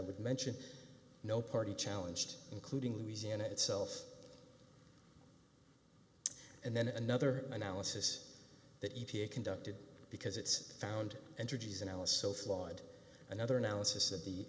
would mention no party challenged including louisiana itself and then another analysis that e t a conducted because it's found energy's analysis so flawed another analysis of the